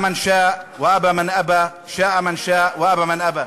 ירצה מי שירצה וימאן מי שימאן.)